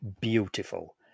beautiful